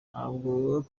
ntabwo